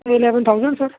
eleven thousand sir